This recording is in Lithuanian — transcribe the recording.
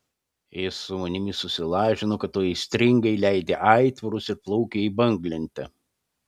jis su manimi susilažino kad tu aistringai leidi aitvarus ir plaukioji banglente